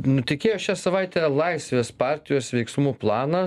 nutekėjo šią savaitę laisvės partijos veiksmų planas